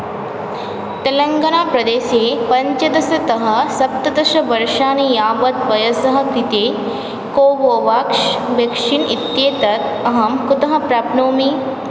तेलङ्गानाप्रदेशे पञ्चदशतः सप्तदशवर्षाणि यावत् वयसः कृते कोवोवाक्श् व्यक्शीन् इत्येतत् अहं कुतः प्राप्नोमि